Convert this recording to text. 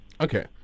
okay